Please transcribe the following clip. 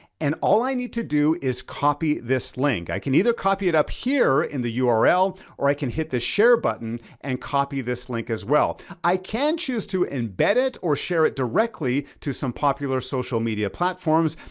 and all i need to do is copy this link. i can either copy it up here in the ah url, or i can hit the share button and copy this link as well. i can choose to embed it or share it directly to some popular social media platforms.